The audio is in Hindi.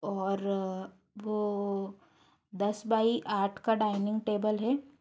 और वो दस बाई आठ का डाइनिंग टेबल है